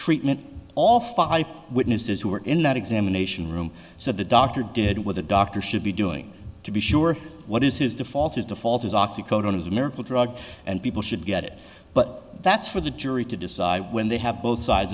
treatment all five witnesses who were in that examination room said the doctor did what the doctor should be doing to be sure what is his default is default is oxycodone is a miracle drug and people should get it but that's for the jury to decide when they have both sides